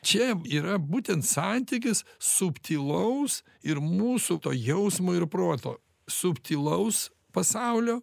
čia yra būtent santykis subtilaus ir mūsų to jausmo ir proto subtilaus pasaulio